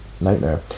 nightmare